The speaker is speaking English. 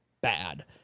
bad